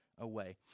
away